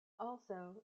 also